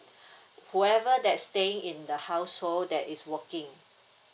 whoever that staying in the household that is working